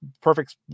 Perfect